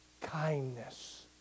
kindness